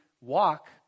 walk